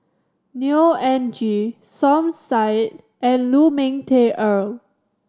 Neo Anngee Som Said and Lu Ming Teh Earl